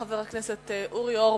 חבר הכנסת אורי אורבך,